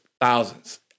thousands